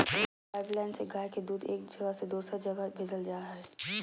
दूध के पाइपलाइन से गाय के दूध एक जगह से दोसर जगह भेजल जा हइ